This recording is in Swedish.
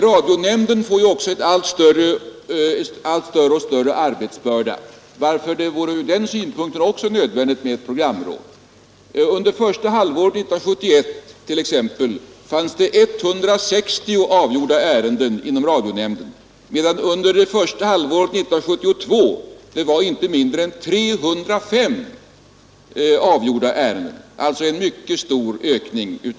Radionämnden får ju också allt större arbetsbörda, varför det ur den Nr 131 synpunkten också vore nödvändigt med ett programråd. Under t.ex. Tisdagen den första halvåret 1971 avgjordes 160 ärenden inom radionämnden, medan 5 december 1972 under det första halvåret 1972 antalet avgjorda ärenden var inte mindre. ——— än 305, alltså en mycket stor ökning.